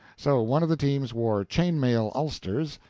so, one of the teams wore chain-mail ulsters,